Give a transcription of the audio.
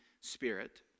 spirit